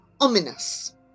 ominous